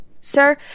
Sir